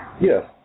Yes